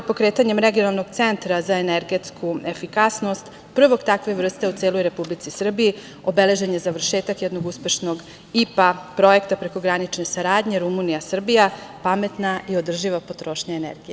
Pokretanjem regionalnog centra za energetsku efikasnost prvog takve vrste u celoj Republici Srbiji obeležen je završetak jednog uspešnog IPA projekta prekogranične saradnje Rumunija – Srbija – „Pametna i održiva potrošnja energije“